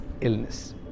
illness